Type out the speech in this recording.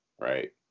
right